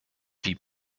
wie